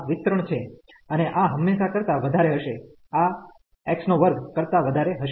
અને આ હંમેશા કરતા વધારે હશે આ X2 કરતા વધારે હશે